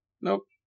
nope